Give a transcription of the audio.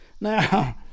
now